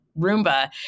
Roomba